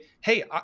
Hey